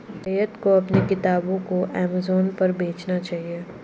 सैयद को अपने किताबों को अमेजन पर बेचना चाहिए